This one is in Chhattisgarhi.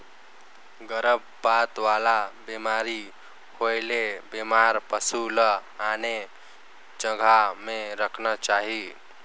गरभपात वाला बेमारी होयले बेमार पसु ल आने जघा में रखना चाही